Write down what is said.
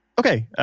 okay.